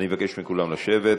אני מבקש מכולם לשבת.